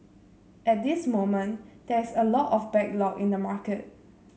at this moment there is a lot of backlog in the market